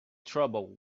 trouble